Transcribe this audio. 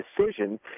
decision